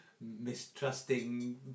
mistrusting